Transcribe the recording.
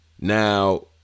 Now